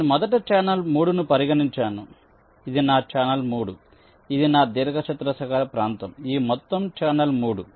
నేను మొదట ఛానల్ 3 ను పరిగణించాను ఇది నా ఛానల్ 3 ఇది నా దీర్ఘచతురస్రాకార ప్రాంతం ఈ మొత్తం ఛానల్ 3